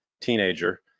teenager